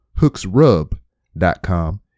hooksrub.com